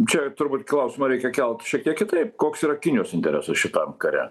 čia turbūt klausimą reikia kelt šiek tiek kitaip koks yra kinijos interesas šitam kare